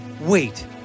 Wait